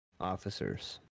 officers